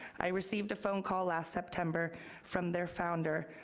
i received a phone call last september from their founder,